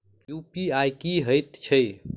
UPI की हएत छई?